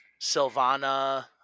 Silvana